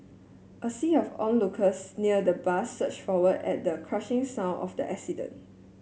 a sea of onlookers near the bus surged forward at the crushing sound of the accident